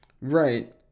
right